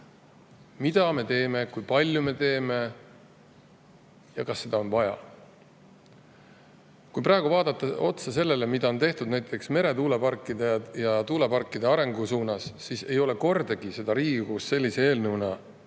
mida me teeme, kui palju me teeme ja kas seda on vaja. Kui praegu vaadata otsa sellele, mida on tehtud meretuuleparkide ja tuuleparkide arengu suunas, siis [näeme, et] seda ei ole kordagi Riigikogus sellise eelnõuga